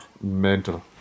mental